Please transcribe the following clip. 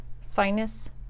sinus